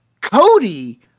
Cody